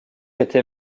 était